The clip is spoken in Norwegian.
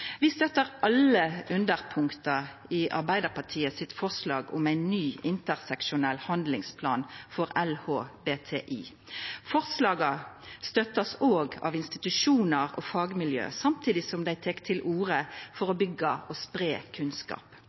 Vi støtter alle underpunkta i Arbeidarpartiet sitt forslag om ein ny interseksjonell handlingsplan for LHBTI. Forslaget blir òg støtta av institusjonar og fagmiljø, samtidig som dei tek til orde for å byggja og spreia kunnskap.